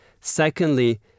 Secondly